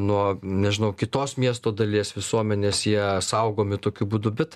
nuo nežinau kitos miesto dalies visuomenės jie saugomi tokiu būdu bet